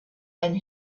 and